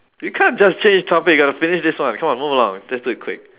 we can't just change topic we got to finish this one come on move along just do it quick